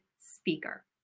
speaker